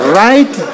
right